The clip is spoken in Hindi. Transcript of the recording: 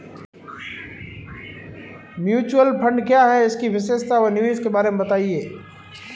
म्यूचुअल फंड क्या है इसकी विशेषता व निवेश के बारे में बताइये?